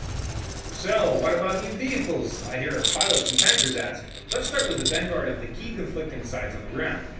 so what about new vehicles? i heard ah pilots and tankers asked! let's start with the vanguard of the key conflicting sites on the ground!